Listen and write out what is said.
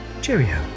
cheerio